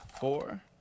four